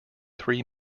three